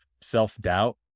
self-doubt